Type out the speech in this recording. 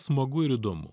smagu ir įdomu